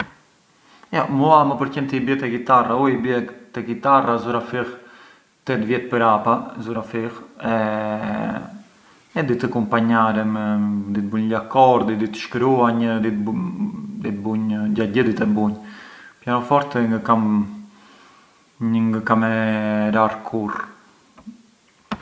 I ziu vje më thënë nata, i zi ë kafeu, i zi mënd jet shpirti kur… kur ngë rri ndutu mirë.